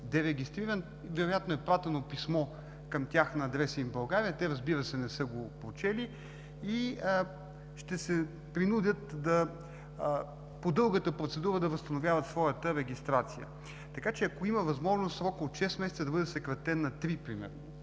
дерегистриран, вероятно е пратено писмо към тях на адреса им в България, те, разбира се, не са го прочели, и ще се принудят по дългата процедура да възстановяват своята регистрация. Ако има възможност срокът от шест месеца да бъде съкратен на три, примерно,